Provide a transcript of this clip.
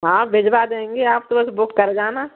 हाँ भिजवा देंगे आप तुरंत बुक कर जाना